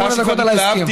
שמונה דקות על ההסכם.